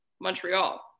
Montreal